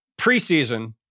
preseason